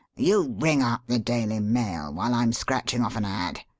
you ring up the daily mail while i'm scratching off an ad.